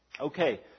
Okay